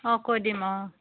অঁ কৈ দিম অঁ